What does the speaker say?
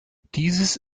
dieses